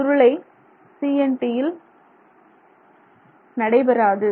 சுருளான CNT யில் நடைபெறாது